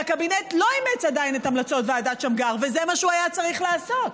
והקבינט לא אימץ עדיין את המלצות ועדת שמגר וזה מה שהוא היה צריך לעשות.